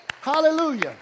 Hallelujah